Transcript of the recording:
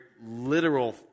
literal